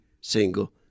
single